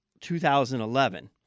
2011